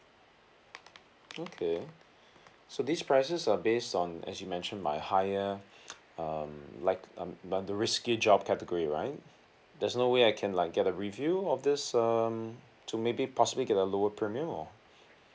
okay so these prices are based on as you mentioned my higher um like um the risky job category right there's no way I can like get a review of this um to maybe possibly get a lower premium or